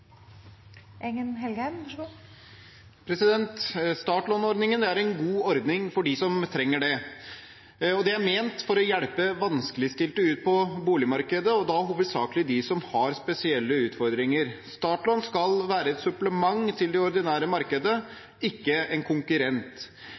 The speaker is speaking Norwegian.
en god ordning for dem som trenger det. Den er ment å hjelpe vanskeligstilte inn på boligmarkedet, og da hovedsakelig de som har spesielle utfordringer. Startlån skal være et supplement til det ordinære markedet,